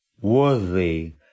worthy